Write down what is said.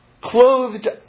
clothed